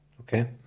Okay